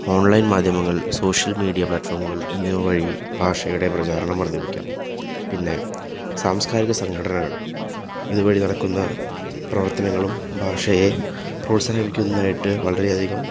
online മാധ്യമങ്ങൾ social media പ്ലാറ്റ്ഫോമുകൾ എന്നിവ വഴി ഭാഷയുടെ പ്രചാരണം വർദ്ധിപ്പിക്കാം പിന്നെ സാംസ്കാരിക സംഘടനകൾ ഇതുവഴി നടക്കുന്ന പ്രവർത്തനങ്ങളും ഭാഷയെ പ്രോത്സാഹിപ്പിക്കുന്നതായിട്ട് വളരെയധികം